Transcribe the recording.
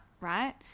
right